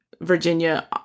Virginia